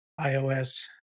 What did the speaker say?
iOS